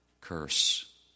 curse